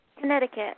Connecticut